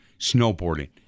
snowboarding